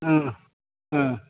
ओं ओं